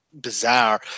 bizarre